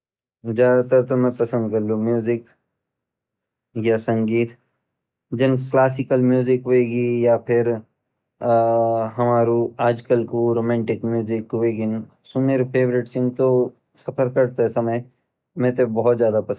ज़्यादा तर ता मैं पसंद करलु म्यूजिक या संगीत जन क्लासिकल म्यूजिक वेगि या फिर हामुरु आजकल रोमांटिक म्यूजिक वेगिन सू मेरु फवौरीते छिन तो सफर करते समय मेते भोत ज़्यादा पसंद ची।